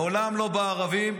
מעולם לא בערבים,